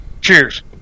cheers